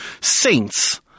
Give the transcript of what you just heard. saints